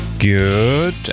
Good